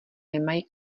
nemají